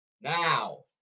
Now